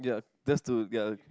just to ya